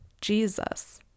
Jesus